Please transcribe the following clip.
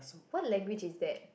what language is that